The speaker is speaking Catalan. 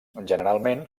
generalment